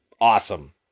Awesome